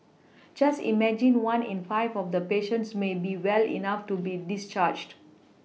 just imagine one in five of the patients may be well enough to be discharged